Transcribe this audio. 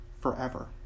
forever